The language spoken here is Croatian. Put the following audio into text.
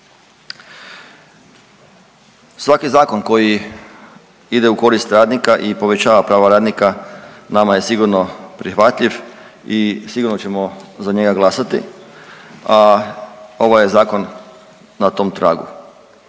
Svaki zakon koji ide u korist radnika i povećava prava radnika nama je sigurno prihvatljiv i sigurno ćemo za njega glasati, a ovaj je zakon na tom tragu.